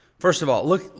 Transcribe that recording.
first of all, look,